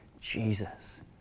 Jesus